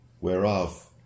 whereof